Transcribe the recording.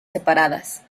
separadas